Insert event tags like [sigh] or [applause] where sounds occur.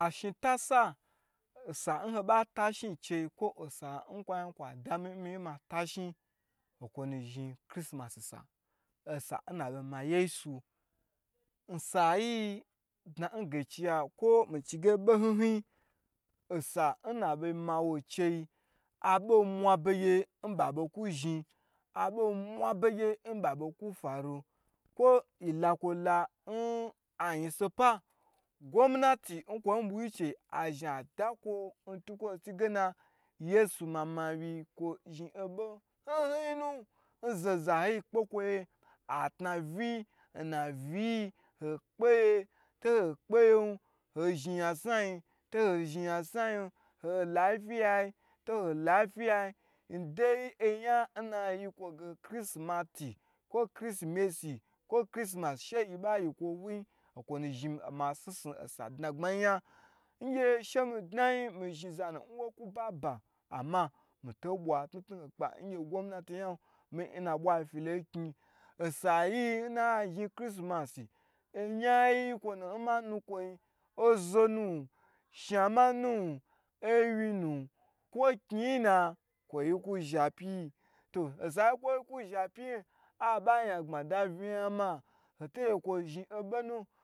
Ashin ta sa osa nho ba ta shin inceyi kwo osa inkwo zhin kwa da mi in mi ye ma ta shin, in kwo nu zhin chrisimasi sa, osa in aboma yesu, in sa yii kwo mi ge bho hny hnyi osa nnabo mawo ncheyi abo mwa byegye nbabho ku zhin, boho mwa byegye nbha bo ku falu, kwo ye lakwo la in ayin so pa gomnati nkwo bwigyi ce azhin a dakwo ntukwo tu gena yesu mamwyi kwo zhin onbho hin hin nu nzho zoho yi kpe kwoye, atnaviyi n atnaviyi yi, ho kpeye toho kpeyen hozhin nyasnayi to ho zhin yha sna yin, hoi lafiyayi to hoi in lafiyayi ndai oyan in ayi kwo ge chrisimasi kwo chrisimati, kwo christmas she ye ba yi kwo nwuyin inkwo na zhi ma snu snu osa dnagbma yi yan. Ingye she ma dna yin mi zhi zanu woku ba, bah amah mito bwa kpa ngye gomantu nyan miyi nma bwa filo in gyii insa yiyi she a ye a zhi, chrisimasi oyan yi in ma nu kwo yin ozonun, shahmanu owey nu kwo gyi yi na kwo yi ku zhi apyi osa inkwo ku zhi apyi ayi ba nya abho mada vnaya ma mi [unintelligible]